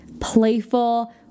playful